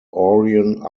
orion